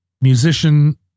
musician